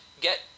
get